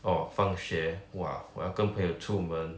orh 放学 !wah! 我要跟朋友出门